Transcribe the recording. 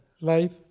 life